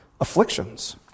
afflictions